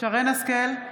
שרן מרים השכל,